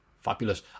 Fabulous